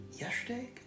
yesterday